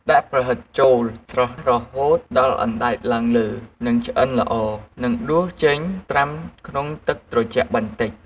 ដាក់ប្រហិតចូលស្រុះរហូតដល់អណ្ដែតឡើងលើ និងឆ្អិនល្អ និងដួសចេញត្រាំក្នុងទឹកត្រជាក់បន្តិច។